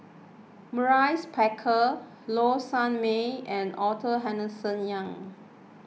Maurice Baker Low Sanmay and Arthur Henderson Young